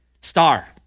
star